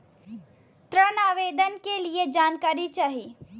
ऋण आवेदन के लिए जानकारी चाही?